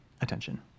attention